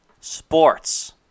Sports